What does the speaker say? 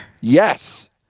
Yes